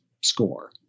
score